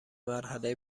مرحله